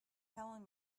telling